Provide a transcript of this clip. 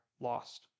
lost